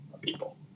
people